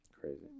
Crazy